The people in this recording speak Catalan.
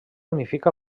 unifica